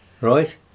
Right